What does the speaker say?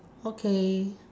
okay